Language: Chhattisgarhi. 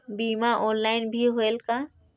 बीमा ऑनलाइन भी होयल का?